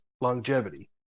longevity